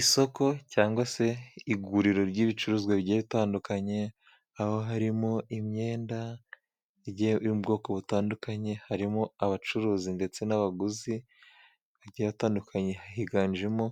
Isoko cyangwa se iguriro ry'ibicuruzwa bigiye bitandukanye, haba harimo imyenda y'ubwoko butandukanye, harimo abacuruzi ndetse n'abaguzi bagiye batandukanye, higanjemo